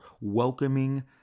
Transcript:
welcoming